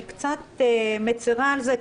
אני קצת מצרה על זה,